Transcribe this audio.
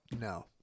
No